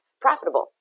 profitable